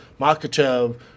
Makachev